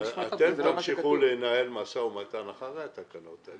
הרי אתם תמשיכו לנהל משא ומתן גם לאחר פרסום התקנות.